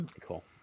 Cool